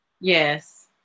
Yes